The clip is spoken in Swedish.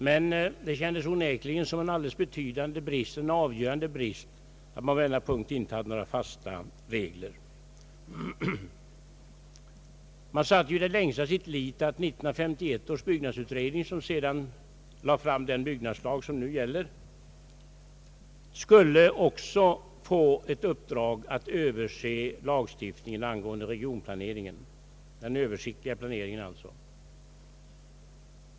Men det kändes onekligen som en avgörande brist att man på denna punkt inte hade några bestämda regler att följa. Man satte i det längsta sin lit till att 1951 års byggnadsutredning, som sedan lade fram den byggnadslag som nu gäller, också skulle få i uppdrag att överse lagstiftningen angående regionplaneringen, således den översiktliga planeringen.